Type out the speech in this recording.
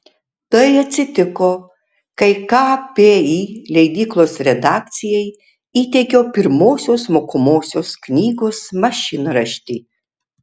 tai atsitiko kai kpi leidyklos redakcijai įteikiau pirmosios mokomosios knygos mašinraštį